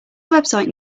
website